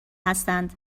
هستند